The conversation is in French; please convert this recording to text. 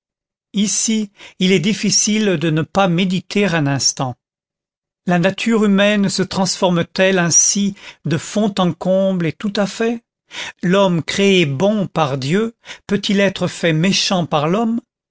ici il est difficile de ne pas méditer un instant la nature humaine se transforme t elle ainsi de fond en comble et tout à fait l'homme créé bon par dieu peut-il être fait méchant par l'homme